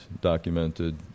documented